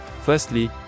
Firstly